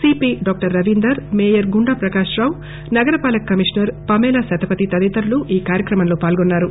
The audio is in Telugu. CP doctor Ravinder mayor Gunda Prakash Rao నగరపాలక కమిషనర్ పమేలా శతపథి తదితరులు ఈ కార్యక్రమంలో పాల్గొన్నారు